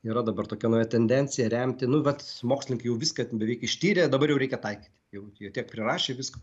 yra dabar tokia nauja tendencija remti nu vat mokslininkai jau viską beveik ištyrė dabar jau reikia taikyti jau jie tiek prirašė visko